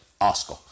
Oscar